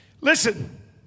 Listen